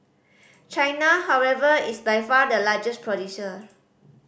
China however is by far the largest producer